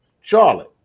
charlotte